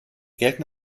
gelten